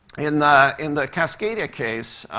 in the in the cascadia case,